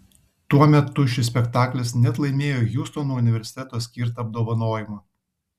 tuo metu šis spektaklis net laimėjo hjustono universiteto skirtą apdovanojimą